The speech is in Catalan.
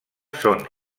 són